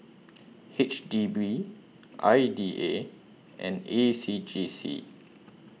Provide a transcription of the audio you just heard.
H D B I D A and A C J C